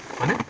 mana